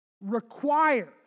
requires